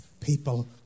People